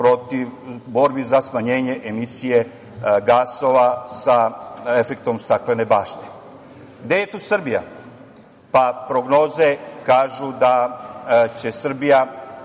svet u borbi za smanjenje emisije gasova sa efektom "staklene bašte".Gde je tu Srbija? Prognoze kažu da će Srbija